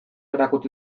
erakutsi